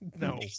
no